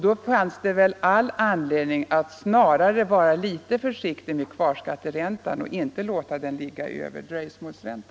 Då finns det väl all anledning att snarare vara litet försiktig med kvarskatteräntan och inte låta den ligga över dröjsmålsräntan.